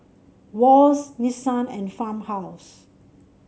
Wall's Nissan and Farmhouse